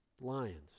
Lions